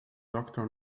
doctor